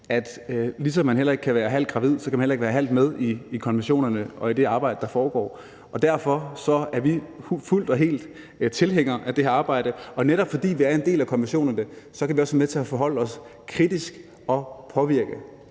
ligesom man ikke kan være halvt gravid, kan man heller ikke være halvt med i konventionerne og i det arbejde, der foregår. Derfor er vi fuldt og helt tilhængere af det her arbejde, og netop fordi vi er en del af konventionerne, kan vi også være med til at forholde os kritisk og påvirke